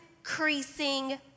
increasing